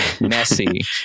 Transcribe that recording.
messy